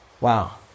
Wow